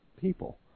people